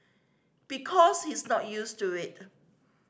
because he's not used to it